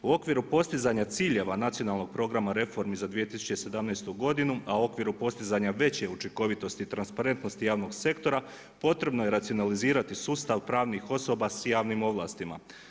U okviru postizanja ciljeva nacionalnog programa reformi za 2017. godinu, a u okviru postizanja veće učinkovitosti i transparentnosti javnog sektora, potrebno je racionalizirati sustav pravnih osoba s javnim ovlastima.